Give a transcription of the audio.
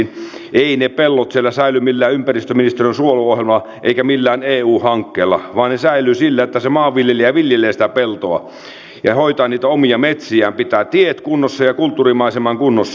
eivät ne pellot siellä säily millään ympäristöministeriön suojeluohjelmalla eivätkä millään eu hankkeella vaan ne säilyvät sillä että se maanviljelijä viljelee sitä peltoa ja hoitaa niitä omia metsiään pitää tiet kunnossa ja kulttuurimaiseman kunnossa